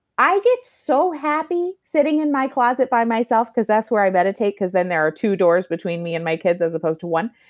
i get so happy sitting in my closet by myself, because that's where i meditate, because then there are two doors between me and my kids as opposed to one.